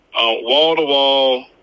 Wall-to-wall